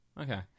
Okay